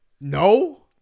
No